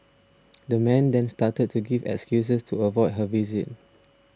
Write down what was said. the man then started to give excuses to avoid her visit